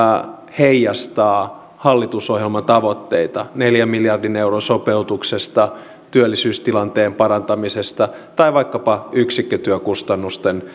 heijastaa hallitusohjelman tavoitteita neljän miljardin euron sopeutuksesta työllisyystilanteen parantamisesta tai vaikkapa yksikkötyökustannusten